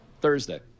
Thursday